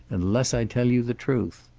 unless i tell you the truth.